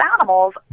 animals